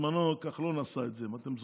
ובזמנו גם כחלון עשה את זה, אם אתם זוכרים,